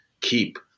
keep